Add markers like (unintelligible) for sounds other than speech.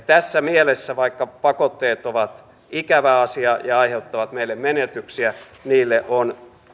(unintelligible) tässä mielessä vaikka pakotteet ovat ikävä asia ja aiheuttavat meille menetyksiä niille on